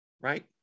right